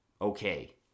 okay